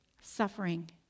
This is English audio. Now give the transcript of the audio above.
suffering